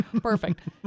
Perfect